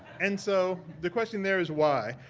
and so, the question there is why?